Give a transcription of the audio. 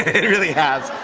it really has.